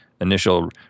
initial